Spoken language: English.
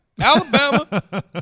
Alabama